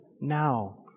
now